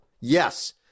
yes